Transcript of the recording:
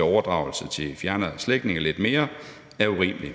overdragelse til fjernere slægtninge er urimelig.